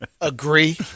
agree